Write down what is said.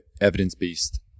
evidence-based